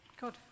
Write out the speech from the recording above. Good